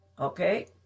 okay